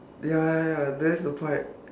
ya ya ya that's the part